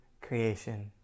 creation